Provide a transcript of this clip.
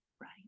right